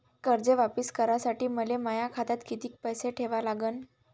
कर्ज वापिस करासाठी मले माया खात्यात कितीक पैसे ठेवा लागन?